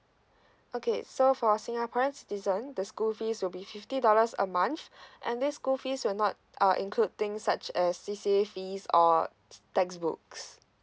okay so for singaporean citizen the school fees will be fifty dollars a month and this school fees will not uh include things such as C C A fees or textbooks